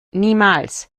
niemals